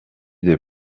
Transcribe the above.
des